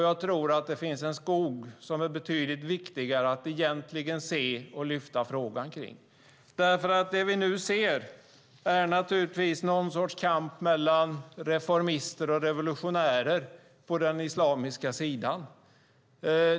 Jag tror att det finns en skog som är betydligt viktigare att se och lyfta frågan kring. Det vi nu ser är naturligtvis någon sorts kamp mellan reformister och revolutionärer på den islamiska sidan.